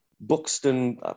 Buxton